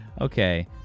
Okay